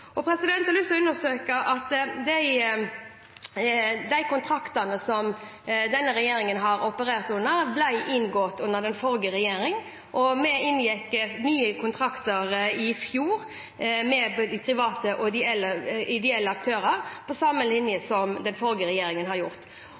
denne regjeringen har operert under, ble inngått under den forrige regjeringen. Vi inngikk nye kontrakter i fjor med private og ideelle aktører på samme linje